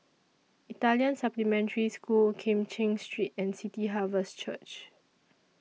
Italian Supplementary School Kim Cheng Street and City Harvest Church